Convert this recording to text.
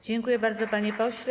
Dziękuję bardzo, panie pośle.